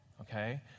okay